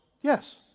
yes